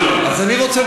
אז אני רוצה,